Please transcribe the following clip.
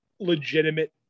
legitimate